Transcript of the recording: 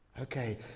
Okay